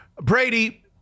Brady